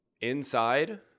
inside